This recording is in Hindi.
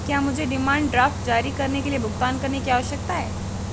क्या मुझे डिमांड ड्राफ्ट जारी करने के लिए भुगतान करने की आवश्यकता है?